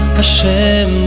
Hashem